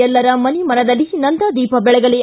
ಎಲ್ಲರ ಮನೆ ಮನದಲ್ಲಿ ನಂದಾದೀಪ ಬೆಳಗಲಿ